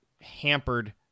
hampered